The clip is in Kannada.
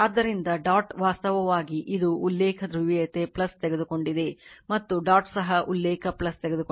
ಆದ್ದರಿಂದ ಡಾಟ್ ವಾಸ್ತವವಾಗಿ ಇದು ಉಲ್ಲೇಖ ಧ್ರುವೀಯತೆ ತೆಗೆದುಕೊಂಡಿದೆ ಮತ್ತು ಡಾಟ್ ಸಹ ಉಲ್ಲೇಖ ತೆಗೆದುಕೊಂಡಿದೆ